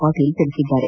ಪಾಟೀಲ್ ಹೇಳಿದ್ದಾರೆ